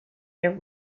their